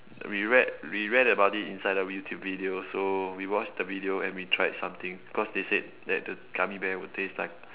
we read we read about it inside a YouTube video so we watched the video and we tried something cause they said that the gummy bear will taste like